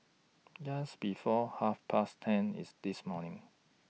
Just before Half Past ten IS This morning